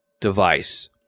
device